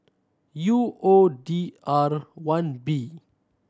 U O D R one B